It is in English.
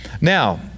Now